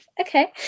Okay